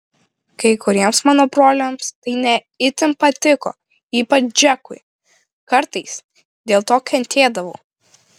kai kuriems mano broliams tai ne itin patiko ypač džekui kartais dėl to kentėdavau